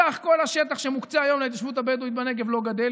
סך כל השטח שמוקצה היום להתיישבות הבדואית בנגב לא גדל,